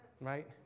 right